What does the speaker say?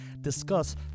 discuss